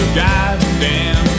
goddamn